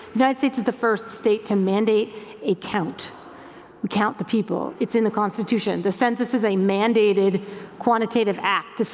united states is the first state to mandate a count. we count the people. it's in the constitution. the census is a mandated quantitative act.